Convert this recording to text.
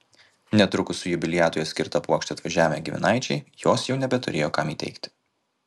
netrukus su jubiliatui skirta puokšte atvažiavę giminaičiai jos jau nebeturėjo kam įteikti